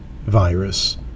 virus